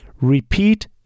repeat